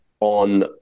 On